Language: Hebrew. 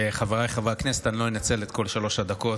חבריי חברי הכנסת, אני לא אנצל את כל שלוש הדקות,